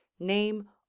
Name